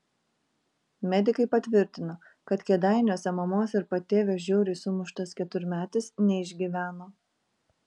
medikai patvirtino kad kėdainiuose mamos ir patėvio žiauriai sumuštas keturmetis neišgyveno